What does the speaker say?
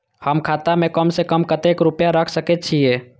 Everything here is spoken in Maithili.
हम खाता में कम से कम कतेक रुपया रख सके छिए?